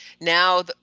now